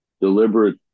deliberate